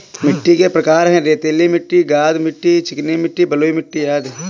मिट्टी के प्रकार हैं, रेतीली मिट्टी, गाद मिट्टी, चिकनी मिट्टी, बलुई मिट्टी अदि